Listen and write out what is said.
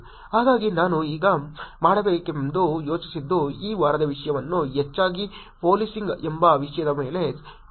ಹಾಗಾಗಿ ನಾನು ಈಗ ಮಾಡಬೇಕೆಂದು ಯೋಚಿಸಿದ್ದು ಈ ವಾರದ ವಿಷಯವನ್ನು ಹೆಚ್ಚಾಗಿ ಪಾಲಿಸಿಂಗ್ ಎಂಬ ವಿಷಯದ ಮೇಲೆ ಖರ್ಚು ಮಾಡುವುದು